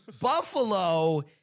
Buffalo